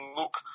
look